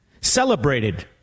celebrated